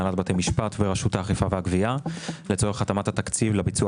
הנהלת בתי משפט ורשות האכיפה והגבייה לצורך התאמת התקציב לביצוע